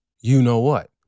you-know-what